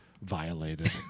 Violated